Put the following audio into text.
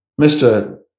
Mr